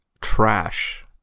trash